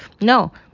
No